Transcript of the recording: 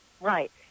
right